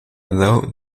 there